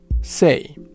say